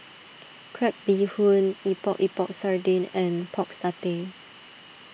Crab Bee Hoon Epok Epok Sardin and Pork Satay